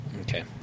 Okay